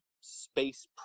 space